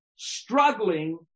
Struggling